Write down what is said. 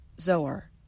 Zoar